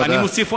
תודה.